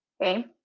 okay